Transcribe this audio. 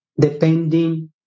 depending